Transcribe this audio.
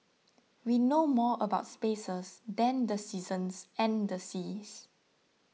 we know more about spaces than the seasons and the seas